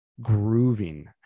grooving